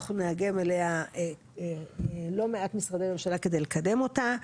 אנחנו נעגן אליה לא מעט משרדי ממשלה כדי לקדם אותה.